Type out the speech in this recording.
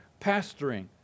pastoring